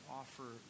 offer